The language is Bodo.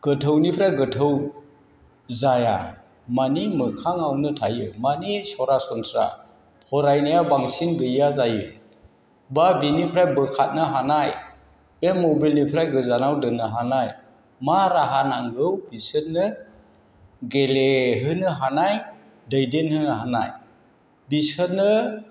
गोथौनिफ्राय गोथौ जाया मानि मोखाङावनो थायो मानि सरासनस्रा फरायनाया बांसिन गैया जायो एबा बेनिफ्राय बोखारनो हानाय बे मबाइलनिफ्राय गोजानाव दोननो हानाय मा राहा नांगौ बिसोरनो गेलेहोनो हानाय दैदेनहोनो हानाय बिसोरनो